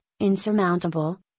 insurmountable